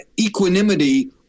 equanimity